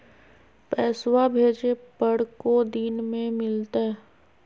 पैसवा भेजे पर को दिन मे मिलतय?